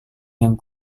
yang